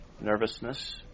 nervousness